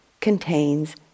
contains